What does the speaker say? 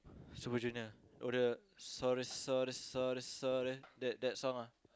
Super-Junior oh the sorry sorry sorry sorry that that song ah